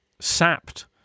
sapped